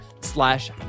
slash